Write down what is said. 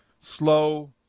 slow